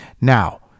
Now